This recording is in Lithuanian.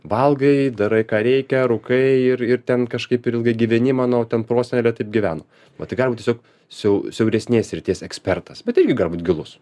valgai darai ką reikia rūkai ir ir ten kažkaip ir ilgai gyveni mano ten prosenelė taip gyveno va tai galima tiesiog siau siauresnės srities ekspertas bet irgi gali būt gilus